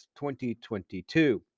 2022